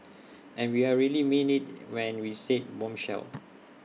and we really mean IT when we said bombshell